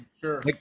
Sure